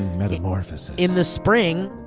metamorphosis. in the spring,